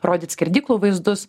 rodyt skerdyklų vaizdus